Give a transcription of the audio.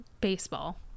baseball